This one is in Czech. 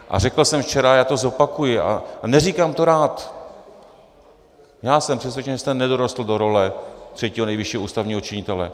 A řekl jsem včera, já to zopakuji a neříkám to rád: Jsem přesvědčen, že jste nedorostl do role třetího největšího ústavního činitele.